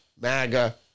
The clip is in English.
MAGA